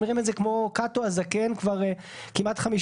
מכיוון שיש פה אנשים מצוות הוועדה שיושבים כבר שעות רבות,